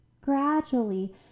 gradually